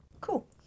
cool